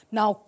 Now